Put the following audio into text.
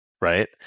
Right